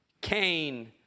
Cain